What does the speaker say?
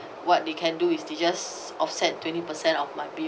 what they can do is they just offset twenty percent of my bill